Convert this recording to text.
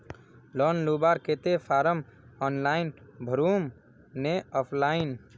Loan लुबार केते form online भरुम ने ऑफलाइन?